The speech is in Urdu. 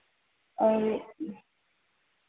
اور